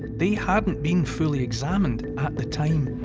they hadn't been fully examined at the time.